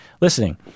listening